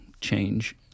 change